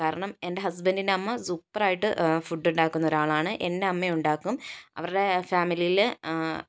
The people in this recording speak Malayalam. കാരണം എൻ്റെ ഹസ്ബന്റിൻ്റെ അമ്മ സൂപ്പറായിട്ട് ഫുഡ് ഉണ്ടാക്കുന്നൊരാളാണ് എൻ്റെ അമ്മയുണ്ടാക്കും അവരുടെ ഫാമിലിയില്